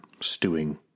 stewing